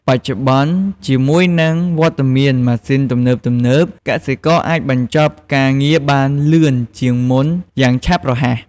បច្ចុប្បន្ន ជាមួយនឹងវត្តមានម៉ាស៊ីនទំនើបៗ កសិករអាចបញ្ចប់ការងារបានលឿនជាងមុនយ៉ាងឆាប់រហ័ស។